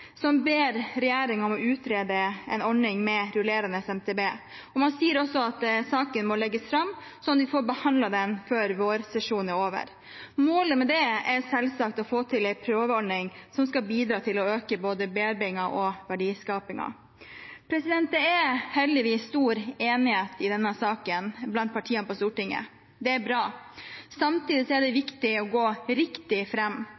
som ber regjeringen om å utrede en ordning med rullerende MTB. Man sier også at saken må legges fram sånn at vi får behandlet den før vårsesjonen er over. Målet med det er selvsagt å få til en prøveordning som skal bidra til å øke både bearbeidingen og verdiskapingen. Det er heldigvis stor enighet i denne saken blant partiene på Stortinget. Det er bra. Samtidig er det viktig